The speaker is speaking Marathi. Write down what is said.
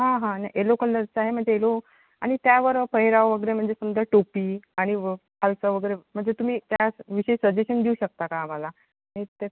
हां हां ना येलो कलरचा आहे म्हणजे येलो आणि त्यावर पहिराव वगैरे म्हणजे समजा टोपी आणि व खालचं वगैरे म्हणजे तुम्ही त्या विषयी सजेशन देऊ शकता का आम्हाला मी ते